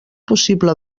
possible